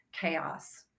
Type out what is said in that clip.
chaos